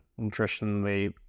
nutritionally